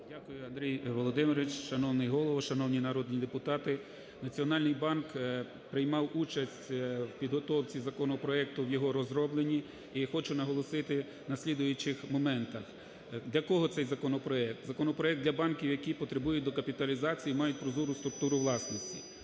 Дякую, Андрій Володимирович. Шановний Голово, шановні народні депутати, Національний банк приймав участь у підготовці законопроекту в його розробленні і хочу наголосити на слідуючих моментах. Для кого цей законопроект? Законопроект для банків, які потребують докапіталізації і мають прозору структуру власності.